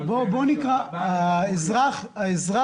בואו נקרא את התקנות ואז ניכנס לזה.